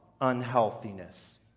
unhealthiness